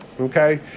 okay